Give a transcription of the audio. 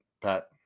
Pat